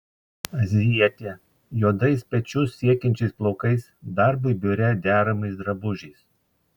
azijietė juodais pečius siekiančiais plaukais darbui biure deramais drabužiais